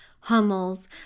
hummels